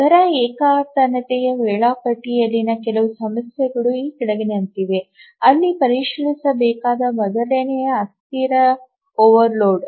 ದರ ಏಕತಾನತೆಯ ವೇಳಾಪಟ್ಟಿಯಲ್ಲಿನ ಕೆಲವು ಸಮಸ್ಯೆಗಳು ಈ ಕೆಳಗಿನಂತಿವೆ ಅಲ್ಲಿ ಪರಿಶೀಲಿಸಬೇಕಾದ ಮೊದಲನೆಯದು ಅಸ್ಥಿರ ಓವರ್ಲೋಡ್